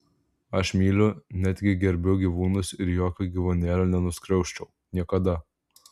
aš myliu netgi gerbiu gyvūnus ir jokio gyvūnėlio nenuskriausčiau niekada